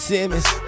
Simmons